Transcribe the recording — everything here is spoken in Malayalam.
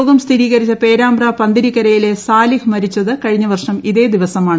രോഗം സ്ഥിരീകരിച്ച പേരാമ്പ്ര പന്തിരിക്കരയിലെ സാലിഹ് മരിച്ചത് കഴിഞ്ഞ വർഷം ഇതേ ദിവസമാണ്